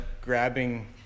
grabbing